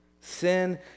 Sin